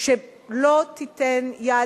שלא תיתן יד.